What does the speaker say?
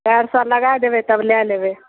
चारि सए लगाइ देबै तब लए लेबै